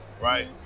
right